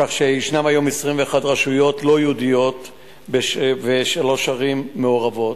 כך שישנן היום 21 רשויות לא-יהודיות ושלוש ערים מעורבות.